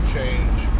change